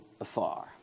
afar